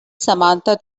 samantha